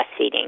breastfeeding